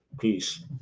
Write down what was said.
Peace